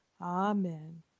Amen